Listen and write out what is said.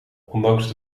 ondanks